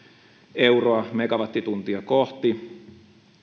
euroa megawattituntia kohti